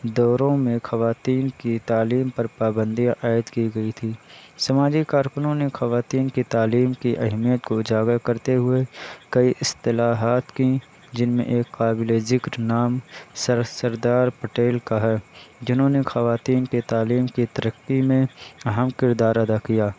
دوروں میں خواتین کی تعلیم پر پابندیاں عائد کی گئی تھی سماجی کارکنوں نے خواتین کی تعلیم کی اہمیت کو اجاگر کرتے ہوئے کئی اصلاحات کی جن میں ایک قابل ذکر نام سر سردار پٹیل کا ہے جنہوں نے خواتین کی تعلیم کی ترقی میں اہم کردار ادا کیا